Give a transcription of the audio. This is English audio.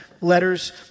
letters